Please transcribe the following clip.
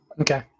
Okay